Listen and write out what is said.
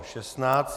16.